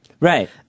Right